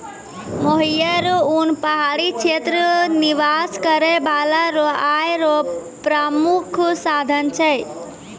मोहियर उन पहाड़ी क्षेत्र निवास करै बाला रो आय रो प्रामुख साधन छै